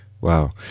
Wow